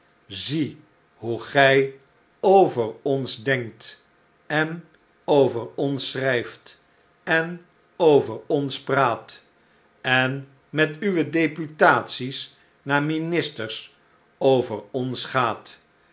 zie hoe gij over ons denkt en over ons schrijft en over ons praat en met uwe deputaties naar ministers over ons gaat